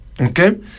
Okay